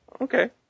Okay